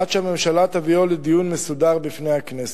עד שהממשלה תביאו לדיון מסודר בפני הכנסת.